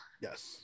yes